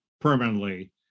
permanently